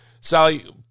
Sally